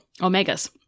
omegas